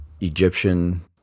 Egyptian